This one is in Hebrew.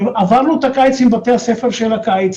עברנו את הקיץ עם בתי הספר של הקיץ,